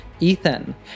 Ethan